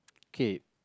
K